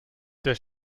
der